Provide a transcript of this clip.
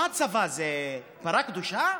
מה, הצבא זה פרה קדושה?